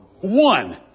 One